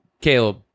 Caleb